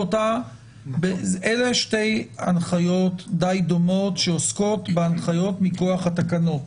אלה שתי ההנחיות די דומות שעוסקות בהנחיות מכוח התקנות.